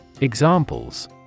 Examples